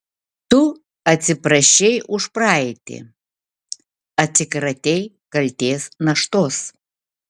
tu atsiprašei už praeitį atsikratei kaltės naštos